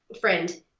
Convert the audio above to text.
friend